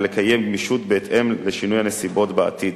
לקיים גמישות בהתאם לשינוי הנסיבות בעתיד.